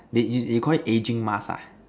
you you Call it aging mask ah